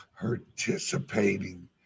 participating